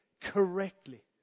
correctly